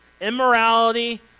immorality